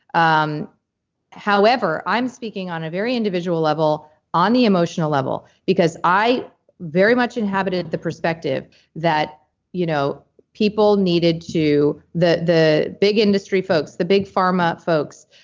um however, i'm speaking on a very individual level on the emotional level because i very much inhabited the perspective that you know people needed to. the the big industry folks, the big pharma folks.